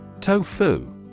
Tofu